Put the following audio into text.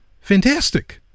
Fantastic